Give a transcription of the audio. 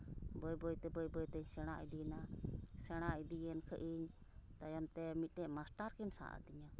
ᱵᱟᱹᱭ ᱵᱟᱹᱭ ᱛᱮ ᱵᱟᱹᱭ ᱵᱟᱹᱭ ᱛᱮᱧ ᱥᱮᱬᱟ ᱤᱫᱤᱭᱱᱟ ᱥᱮᱬᱟ ᱤᱫᱤᱭᱮᱱ ᱠᱷᱟᱡ ᱤᱧ ᱛᱟᱭᱚᱢ ᱛᱮ ᱢᱤᱫᱴᱮᱱ ᱢᱟᱥᱴᱟᱨ ᱠᱤᱱ ᱥᱟᱵ ᱟᱹᱫᱤᱧᱟ